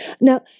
Now